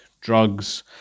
drugs